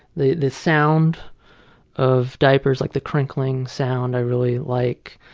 the the sound of diapers, like the crinkling sound i really like.